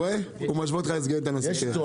רואה שיש שלט - תוצרת ישראל,